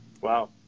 Wow